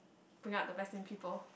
bring out the best in people